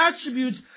attributes